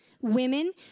Women